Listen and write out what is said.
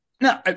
no